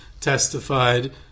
testified